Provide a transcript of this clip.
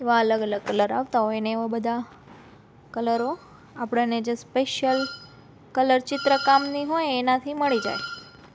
એવા અલગ અલગ કલર આવતા હોય અને એવા બધા કલરો આપણને જે સ્પેશિયલ કલર ચિત્રકામની હોય એનાથી મળી જાય